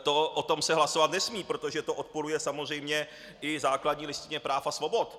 O tom se hlasovat nesmí, protože to odporuje samozřejmě i základní listině práv a svobod.